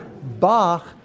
Bach